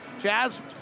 Jazz